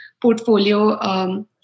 portfolio